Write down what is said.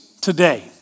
today